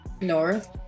north